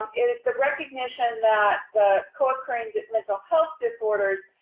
um and it's the recognition that the co-occurring mental health disorders,